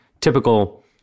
typical